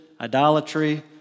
idolatry